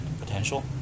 potential